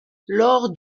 lors